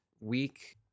week